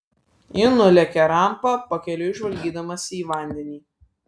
ji nulėkė rampa pakeliui žvalgydamasi į vandenį